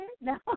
No